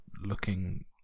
looking